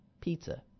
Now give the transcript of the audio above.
Pizza